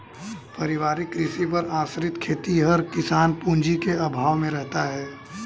पारिवारिक कृषि पर आश्रित खेतिहर किसान पूँजी के अभाव में रहता है